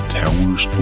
towers